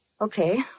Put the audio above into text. Okay